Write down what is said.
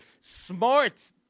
smart